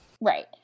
Right